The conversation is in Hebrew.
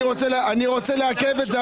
אני רוצה לעכב את זה,